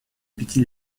пяти